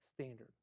standard